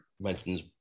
mentions